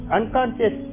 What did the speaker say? Unconscious